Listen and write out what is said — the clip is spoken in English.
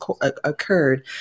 occurred